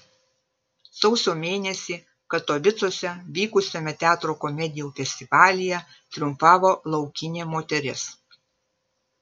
sausio mėnesį katovicuose vykusiame teatro komedijų festivalyje triumfavo laukinė moteris